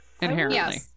Inherently